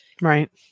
Right